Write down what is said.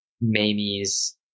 Mamie's